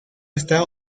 está